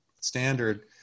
standard